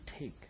take